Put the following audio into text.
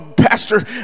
Pastor